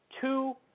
two